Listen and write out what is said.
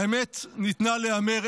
האמת ניתנה להיאמר,